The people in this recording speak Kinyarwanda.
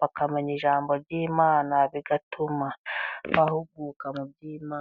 bakamenya ijambo ry'Imana bigatuma bahuguka mu by'Imana.